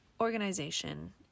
organization